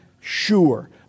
sure